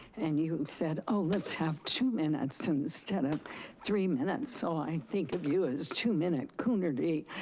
and you said, oh, let's have two minutes instead of three minutes. so i think of you as two-minute coonerty.